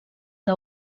que